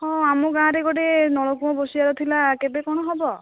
ହଁ ଆମ ଗାଁରେ ଗୋଟେ ନଳକୂପ ବସିବାର ଥିଲା କେବେ କ'ଣ ହେବ